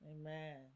Amen